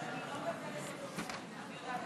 התשע"ח 2017, של חבר הכנסת מיקי לוי.